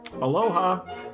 Aloha